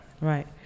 Right